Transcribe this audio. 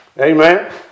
Amen